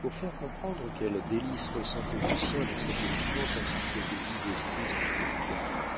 illustration imp s raçon lucien chardon ils avaient compris son manque d'argent un grand homme de province a paris pour faire comprendre quelles délices ressentait lucien dans cette vivante encyclopédie d'esprits angéliques